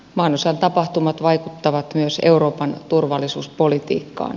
maanosan tapahtumat vaikuttavat myös euroopan turvallisuuspolitiikkaan